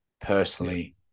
personally